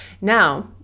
now